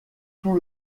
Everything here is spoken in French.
tout